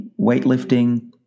weightlifting